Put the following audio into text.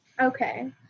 Okay